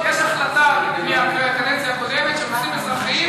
יש החלטה מהקדנציה הקודמת שבנושאים אזרחיים